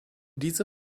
diese